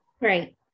Right